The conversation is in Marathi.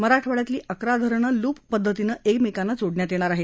मराठवाड्यातली अकरा धरणं लूप पद्धतीनं एकमेकांना जोडण्यात येणार आहेत